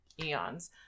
eons